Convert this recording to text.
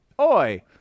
Oi